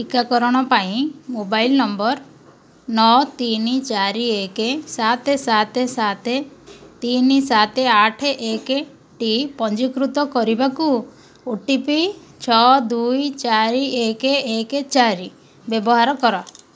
ଟିକାକରଣ ପାଇଁ mobile number ନଅ ତିନି ଚାରି ଏକ ସାତ ସାତ ସାତ ତିନ ସାତ ଆଠ ଏକଟି ପଞ୍ଜୀକୃତ କରିବାକୁ ଓ ଟି ପି ଛଅ ଦୁଇ ଚାରି ଏକ ଏକ ଚାରି ବ୍ୟବହାର କର